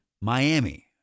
Miami